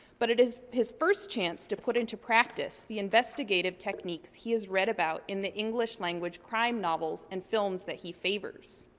but it is his first chance to put into practice the investigative techniques he has read about in the english language crime novels and films that he favors.